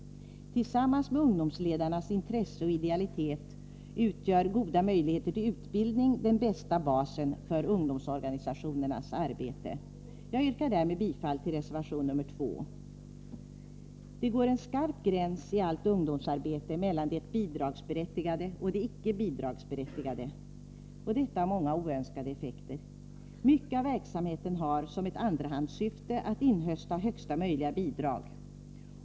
Tillsammans med ungdomsledarnas intresse och idealitet utgör goda möjligheter till utbildning den bästa basen för ungdomsorganisationernas arbete. Jag yrkar därmed bifall till reservation nr 2. Det går en skarp gräns i allt ungdomsarbete mellan det bidragsberättigade och det icke bidragsberättigade. Detta har många oönskade effekter. Mycket av verksamheten har som ett andrahandssyfte att inhösta högsta möjliga bidrag.